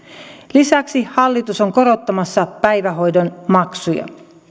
lisäksi hallitus on korottamassa päivähoidon maksuja